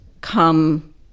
come